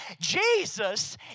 Jesus